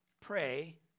pray